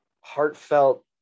heartfelt